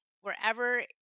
wherever